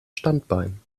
standbein